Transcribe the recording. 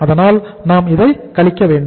அதனால் நாம் இதை கழிக்கவேண்டும்